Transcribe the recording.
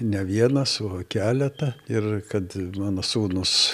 ne vienas o keleta ir kad mano sūnus